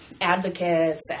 advocates